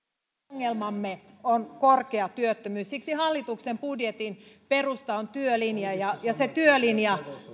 ongelmamme on korkea työttömyys siksi hallituksen budjetin perusta on työlinja ja se työlinja